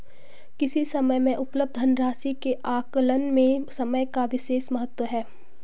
किसी समय में उपलब्ध धन राशि के आकलन में समय का विशेष महत्व है